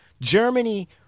Germany